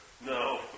No